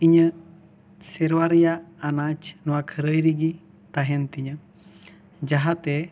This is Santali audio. ᱤᱧᱟᱹᱜ ᱥᱮᱨᱣᱟ ᱨᱮᱭᱟᱜ ᱟᱱᱟᱡᱽ ᱱᱚᱣᱟ ᱠᱷᱟᱹᱨᱟᱭ ᱨᱮᱜᱮ ᱛᱟᱦᱮᱱ ᱛᱤᱧᱟᱹ ᱡᱟᱦᱟᱸ ᱛᱮ